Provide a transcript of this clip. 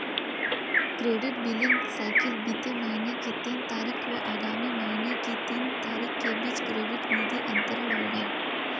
credit billing cycle बीते महीने की तीन तारीख व आगामी महीने की तीन तारीख के बीच क्रेडिट निधि अंतरण होगा